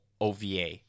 OVA